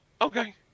Okay